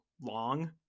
long